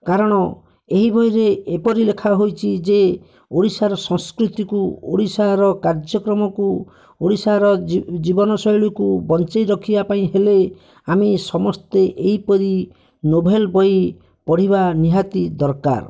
କାରଣ ଏହି ବହିରେ ଏପରି ଲେଖା ହୋଇଛି ଯେ ଓଡ଼ିଶାର ସଂସ୍କୃତିକୁ ଓଡ଼ିଶାର କାର୍ଯ୍ୟକ୍ରମକୁ ଓଡ଼ିଶାର ଜୀବନଶୈଳୀକୁ ବଞ୍ଚାଇ ରଖିବା ପାଇଁ ହେଲେ ଆମେ ସମସ୍ତେ ଏହିପରି ନୋଭେଲ ବହି ପଢ଼ିବା ନିହାତି ଦରକାର